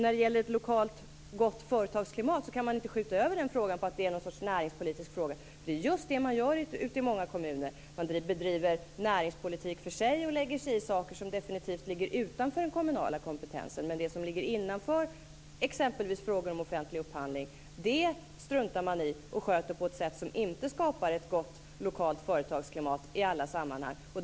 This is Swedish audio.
När det gäller ett lokalt gott företagsklimat kan man inte skjuta över den frågan för att det är en näringspolitisk fråga. Det är just det man gör i många kommuner. Man bedriver näringspolitik för sig och lägger sig i saker som definitivt ligger utanför den kommunala kompetensen. Men det som ligger innanför, exempelvis frågor om offentlig upphandling, struntar man i och sköter på ett sätt som inte skapar ett gott lokalt företagsklimat i alla sammanhang.